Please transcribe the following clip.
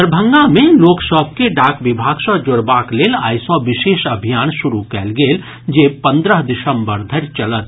दरभंगा मे लोक सभ के डाक विभाग सँ जोड़बाक लेल आइ सँ विशेष अभियान शुरू कयल गेल जे पंद्रह दिसंबर धरि चलत